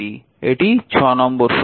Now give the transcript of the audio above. এটি নম্বর সমীকরণ